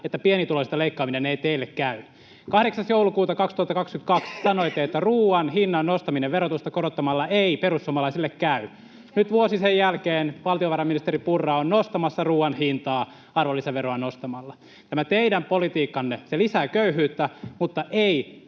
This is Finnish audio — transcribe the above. että pienituloisilta leikkaaminen ei teille käy? 8. joulukuuta 2022 sanoitte, että ruoan hinnan nostaminen verotusta korottamalla ei perussuomalaisille käy. [Li Andersson: Sekään ei käy!] Nyt, vuosi sen jälkeen, valtiovarainministeri Purra on nostamassa ruoan hintaa arvonlisäveroa nostamalla. Tämä teidän politiikkanne lisää köyhyyttä mutta ei